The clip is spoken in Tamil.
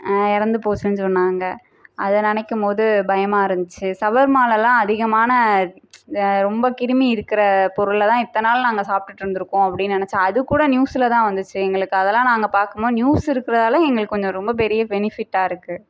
இறந்துப்போச்சின்னு சொன்னாங்கள் அதை நினைக்கும் போது பயமாக இருந்துச்சு சவர்மாலலாம் அதிகமான இந்த ரொம்ப கிருமி இருக்கிற பொருள்லதான் இத்தனை நாள் நாங்கள் சாப்பிட்டுட்ருந்துருக்கோம் அப்படின்னு நினச்சேன் அத கூட நியூஸ்ல தான் வந்துச்சு எங்களுக்கு அதெல்லாம் நாங்கள் பார்க்கும் போது நியூஸ் இருக்கிறதால எங்களுக்கு கொஞ்சம் ரொம்ப பெரிய பெனிஃபிட்டாக இருக்குது